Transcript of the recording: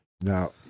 Now